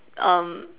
um